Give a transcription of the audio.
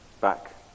back